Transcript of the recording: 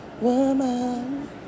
woman